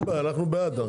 אנחנו בעד.